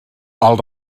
els